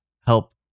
help